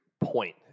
point